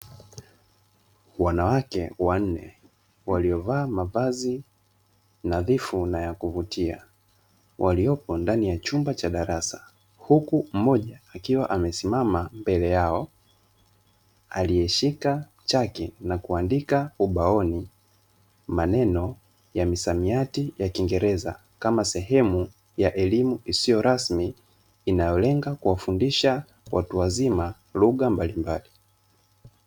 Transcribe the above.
Wanawake wanne waliovaa mavazi nadhifu na ya kuvutia waliopo ndani ya chumba cha darasa huku mmoja akiwa amesimama mbele yao, aliyeshika chaki na kuandika ubaoni maneno ya misamiati ya kiingereza kama sehemu ya elimu isiyo rasmi inayolenga kuwafundisha watu wazima lugha mbalimbali.